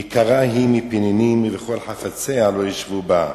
יקרה היא מפנינים וכל חפציה לא ישוו בה.